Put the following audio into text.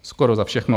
Skoro za všechno.